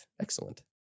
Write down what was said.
Excellent